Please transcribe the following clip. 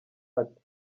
ati